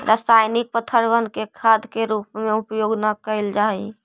रासायनिक पदर्थबन के खाद के रूप में उपयोग न कयल जा हई